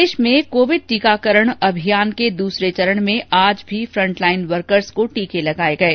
प्रदेश में कोविड टीकाकरण अभियान के दूसरे चरण में आज भी फ्रंट लाईन वर्कर्स को टीके लगाए गये